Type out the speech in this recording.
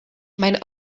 mijn